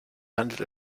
handelt